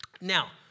Now